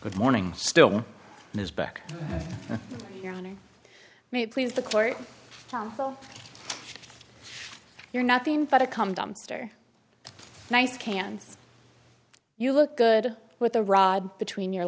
good morning is back your honor may it please the court so you're nothing but a calm dumpster nice can you look good with the rod between your